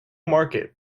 market